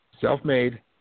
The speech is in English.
self-made